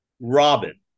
Robin